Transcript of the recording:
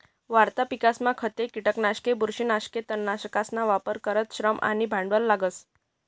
वाढता पिकसमा खते, किटकनाशके, बुरशीनाशके, तणनाशकसना वापर करता श्रम आणि भांडवल लागस